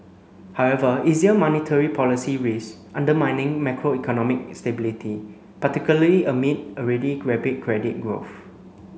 however easier monetary policy risks undermining macroeconomic stability particularly amid already credit credit growth